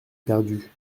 perdu